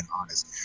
honest